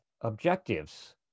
objectives